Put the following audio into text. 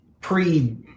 pre-